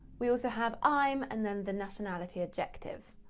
we also have i'm and then the nationality adjective.